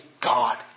God